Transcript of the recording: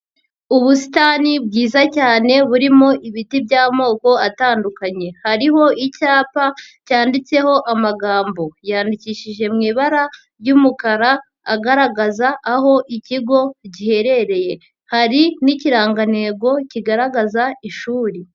Ubusitani bwiza cyane burimo ibiti by'amoko atandukanye, hariho icyapa cyanditseho amagambo yandikishije mu ibara ry'umukara agaragaza aho ikigo giherereye, hari n'ikirangantego kigaragaza ishuri.